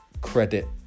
credit